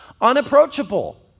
unapproachable